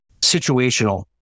situational